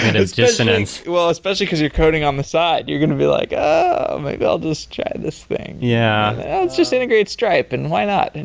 and it's cognitive dissonance well, especially because you're coding on the side. you're going to be like, oh, maybe i'll just check this thing. yeah let's just integrate strip and why not? and